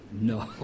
no